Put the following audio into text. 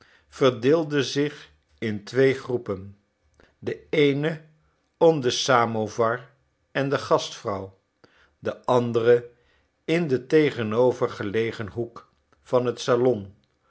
verdeelde zich in twee groepen de eene om den samovar en de gastvrouw de andere in den tegenovergelegen hoek van het salon